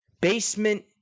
basement